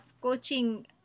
coaching